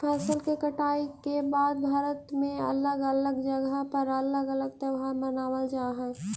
फसल के कटाई के बाद भारत में अलग अलग जगह पर अलग अलग त्योहार मानबल जा हई